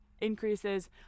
increases